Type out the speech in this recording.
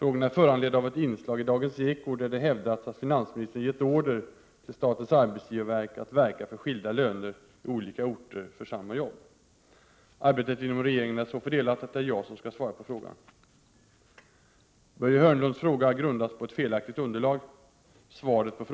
Varför har inte det av statsrådet själv tillsatta energirådet fått tillfälle att diskutera den stora omställningen av svensk energiförsörjning som förestår?